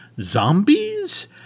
zombies